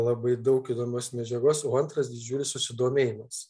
labai daug įdomios medžiagos o antras didžiulis susidomėjimas